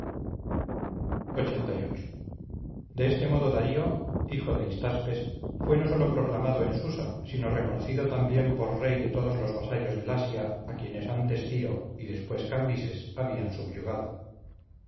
relinchar lxxxviii de este modo darío hijo de histaspes fue no solo proclamado en susa sino reconocido también por rey de todos los vasallos del asia a quienes antes ciro y después cambises habían subyugado